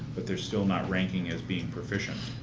but they're still not ranking is being proficient.